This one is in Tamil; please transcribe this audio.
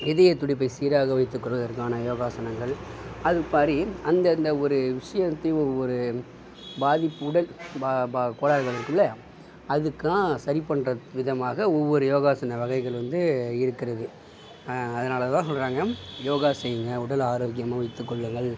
இதயத்துடிப்பை சீராக வைத்துக் கொள்வதற்கான யோகாசனங்கள் அதுமாதிரி அந்தந்த ஒரு விஷயத்து ஒரு பாதிப்பு உடல் பா பா கோளாறுகள் இருக்குல்ல அதுக்கும் சரி பண்ணுற விதமாக ஒவ்வொரு யோகாசன வகைகள் வந்து இருக்கிறது அதனால் தான் சொல்கிறாங்க யோகா செய்யுங்க உடலை ஆரோக்கியமாக வைத்துகொள்ளுங்கள்